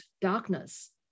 darkness